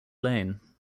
lane